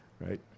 Right